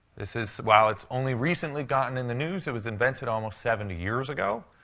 this is while it's only recently gotten in the news, it was invented almost seventy years ago.